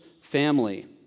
family